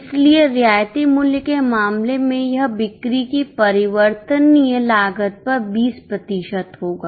इसलिए रियायती मूल्य के मामले में यह बिक्री की परिवर्तनीय लागत पर 20 प्रतिशत होगा